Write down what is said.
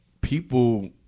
people